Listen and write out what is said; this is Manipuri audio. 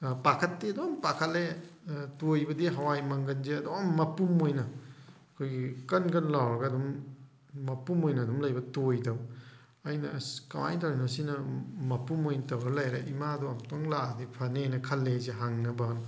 ꯄꯥꯈꯠꯇꯤ ꯑꯗꯨꯝ ꯄꯥꯈꯠꯂꯦ ꯇꯣꯏꯕꯗꯤ ꯍꯋꯥꯏ ꯃꯪꯒꯟꯁꯦ ꯑꯗꯨꯝ ꯃꯄꯨꯝ ꯑꯣꯏꯅ ꯑꯩꯈꯣꯏꯒꯤ ꯀꯟ ꯀꯟ ꯂꯥꯎꯔꯒ ꯑꯗꯨꯝ ꯃꯄꯨꯝ ꯑꯣꯏꯅ ꯑꯗꯨꯝ ꯂꯩꯕ ꯇꯣꯏꯗꯕ ꯑꯩꯅ ꯀꯃꯥꯏꯅ ꯇꯧꯔꯤꯅꯣ ꯁꯤꯅ ꯃꯄꯨꯝ ꯑꯣꯏꯅ ꯇꯧꯔ ꯂꯩꯔꯦ ꯏꯃꯥꯗꯣ ꯑꯃꯨꯛꯇꯪ ꯂꯥꯛꯑꯗꯤ ꯐꯅꯦꯅ ꯈꯜꯂꯦ ꯑꯩꯁꯦ ꯍꯪꯅꯕ